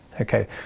okay